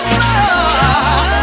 more